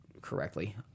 correctly